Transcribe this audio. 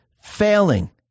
failing